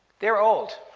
they're old!